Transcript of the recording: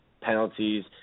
penalties –